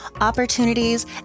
opportunities